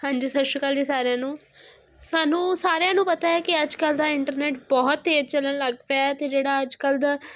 ਹਾਂਜੀ ਸਤਿ ਸ਼੍ਰੀ ਅਕਾਲ ਜੀ ਸਾਰਿਆਂ ਨੂੰ ਸਾਨੂੰ ਸਾਰਿਆਂ ਨੂੰ ਪਤਾ ਹ ਕਿ ਅੱਜ ਕੱਲ ਦਾ ਇੰਟਰਨੈਟ ਬਹੁਤ ਤੇਜ਼ ਚੱਲਣ ਲੱਗ ਪਿਆ ਤੇ ਜਿਹੜਾ ਅੱਜ ਕੱਲ ਦਾ